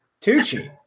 Tucci